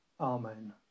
Amen